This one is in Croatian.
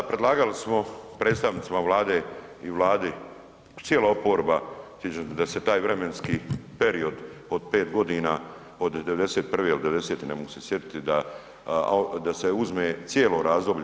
Da predlagali smo predstavnicima Vlade i Vladi, cijela oporba da se taj vremenski period od 5 godina od '91. ili '90. ne mogu se sjetiti da se uzme cijelo razdoblje.